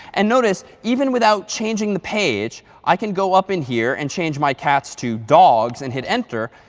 and notice even without changing the page, i can go up in here and change my cats to dogs and hit enter.